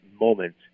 moment